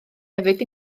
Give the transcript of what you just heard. hefyd